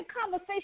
conversation